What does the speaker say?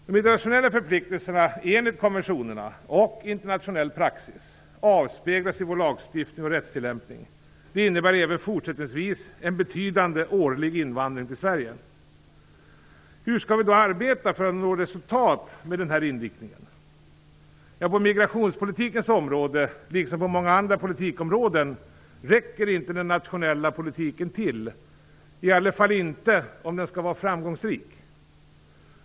De internationella förpliktelserna enligt konventionerna och internationell praxis avspeglas i vår lagstiftning och rättstillämpning. Det innebär även fortsättningsvis en betydande årlig invandring till Hur skall vi då arbeta för att nå resultat med den här inriktningen? På migrationspolitikens område, liksom på många andra politikområden, räcker inte den nationella politiken till, i alla fall inte om den skall vara framgångsrik.